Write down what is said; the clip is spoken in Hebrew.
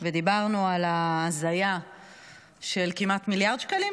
ודיברנו על ההזיה של כמעט מיליארד שקלים,